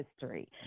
history